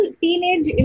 teenage